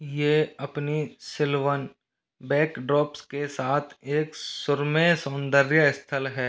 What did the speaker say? ये अपनी sylvan backdrops के साथ एक सुरम्य सौंदर्य स्थल है